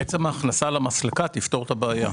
עצם ההכנסה למסלקה תפתור את הבעיה.